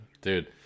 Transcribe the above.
Dude